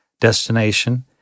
destination